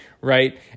right